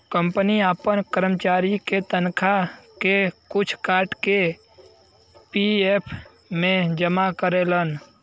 company आपन करमचारी के तनखा के कुछ काट के पी.एफ मे जमा करेलन